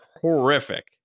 horrific